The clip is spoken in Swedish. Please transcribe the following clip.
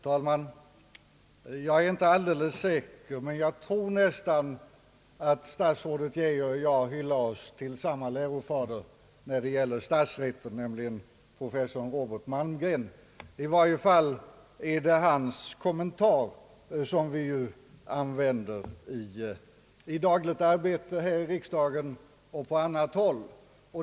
Herr talman! Jag är inte helt säker, men jag tror att statsrådet Geijer och jag hyllar oss till samma lärofader när det gäller statsrätt, nämligen professor Robert Malmgren. I varje fall är det hans kommentar som vi använder i det dagliga arbetet här i riksdagen och på annat håll.